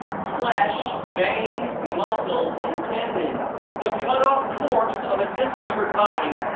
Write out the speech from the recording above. flesh, veins, muscles and tendons the cut up corpse of a dismembered body.